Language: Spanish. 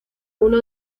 uno